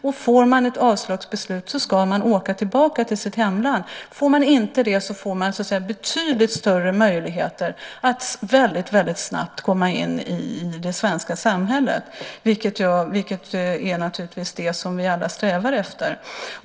Om man får ett avslagsbeslut ska man åka tillbaka till sitt hemland. Om man inte får det får man betydligt större möjligheter att snabbt komma in i det svenska samhället. Det är naturligtvis det som vi alla strävar efter.